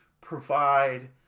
provide